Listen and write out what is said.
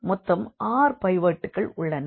மொத்தம் r பைவோட்டுகள் உள்ளன